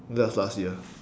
that was last year